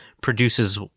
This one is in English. produces